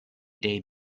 day